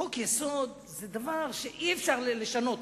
חוק-יסוד זה דבר שאי-אפשר לשנות.